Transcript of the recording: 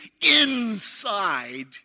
inside